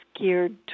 geared